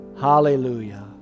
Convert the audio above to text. hallelujah